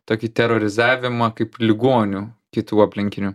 tokį terorizavimą kaip ligonių kitų aplinkinių